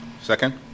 Second